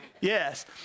Yes